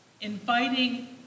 inviting